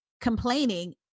complaining